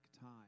time